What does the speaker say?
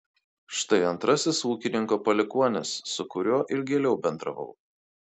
štai antrasis ūkininko palikuonis su kuriuo ilgėliau bendravau